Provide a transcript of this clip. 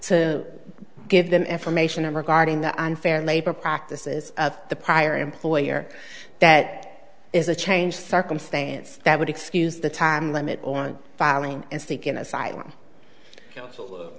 to give them information regarding the unfair labor practices of the prior employer that is a change circumstance that would excuse the time limit on filing and seeking asylum